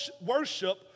worship